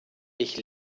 ich